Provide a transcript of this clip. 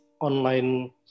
online